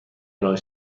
ارائه